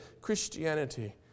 Christianity